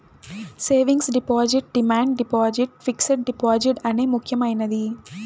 savings deposit demand deposit fixed deposit అనే ముక్యమైనది